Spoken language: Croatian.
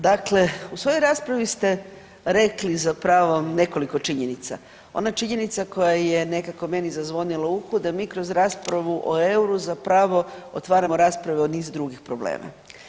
Dakle, u svojoj raspravi ste rekli zapravo nekoliko činjenica, ona činjenica koja je nekako mini zazvonila u uhu da mi kroz raspravu o euru zapravo otvaramo rasprave o niz drugih problema.